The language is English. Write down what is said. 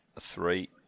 Three